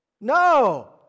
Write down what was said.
No